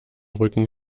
rücken